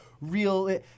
real